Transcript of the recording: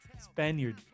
Spaniard